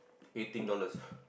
eighteen dollars